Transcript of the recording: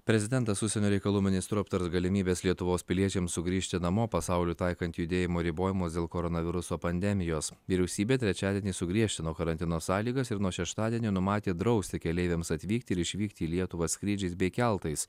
prezidentas su užsienio reikalų ministru aptars galimybes lietuvos piliečiams sugrįžti namo pasauliui taikant judėjimo ribojimus dėl koronaviruso pandemijos vyriausybė trečiadienį sugriežtino karantino sąlygas ir nuo šeštadienio numatė drausti keleiviams atvykti ir išvykti į lietuvą skrydžiais bei keltais